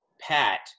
Pat